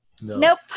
nope